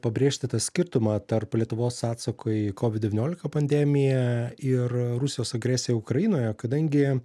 pabrėžti tą skirtumą tarp lietuvos atsako į kovid devyniolika pandemiją ir rusijos agresiją ukrainoje kadangi